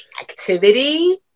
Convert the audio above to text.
Activity